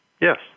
yes